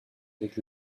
avec